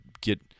get